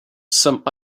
some